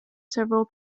several